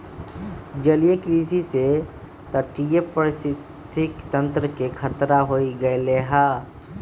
जलीय कृषि से तटीय पारिस्थितिक तंत्र के खतरा हो गैले है